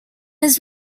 his